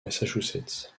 massachusetts